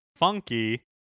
Funky